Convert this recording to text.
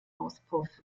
auspuff